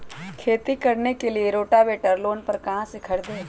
खेती करने के लिए रोटावेटर लोन पर कहाँ से खरीदे?